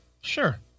Sure